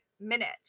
minutes